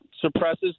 suppresses